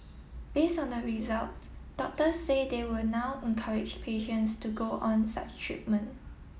based on the results doctors say they will now encourage patients to go on such treatment